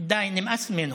די, נמאס ממנו.